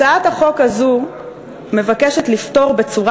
הצעת החוק הזאת מבקשת לפתור בצורה